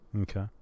Okay